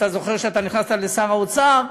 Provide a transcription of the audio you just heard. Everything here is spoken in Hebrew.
אתה זוכר שאתה נכנסת להיות שר האוצר,